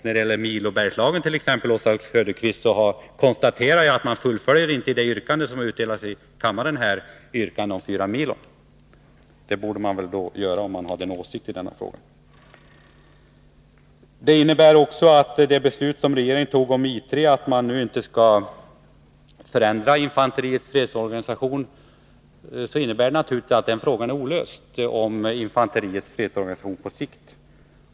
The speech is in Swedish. När det gäller Milo Bergslagen, Oswald Söderqvist, konstaterar jag att vpk i det yrkande som delats ut i kammaren inte fullföljer sitt yrkande om fyra milon. Det borde man göra om man hade den åsikten i denna fråga. Det beslut regeringen tog om I 3 och om att man nu inte skall göra någon förändring i infanteriets fredsorganisation innebär att den frågan är olöst på sikt.